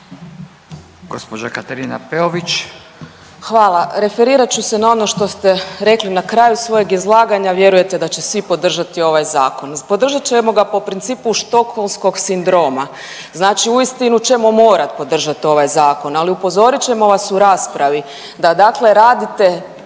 Hvala. Referirat ću se na ono što ste rekli na kraju svojeg izlaganja. Vjerujete da će svi podržati ovaj zakon. Podržat ćemo ga po principu Stockholmskog sindroma, znači uistinu ćemo morati podržati ovaj zakon ali upozorit ćemo vas u raspravi da dakle